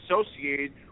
associated